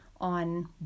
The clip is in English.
on